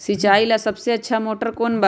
सिंचाई ला सबसे अच्छा मोटर कौन बा?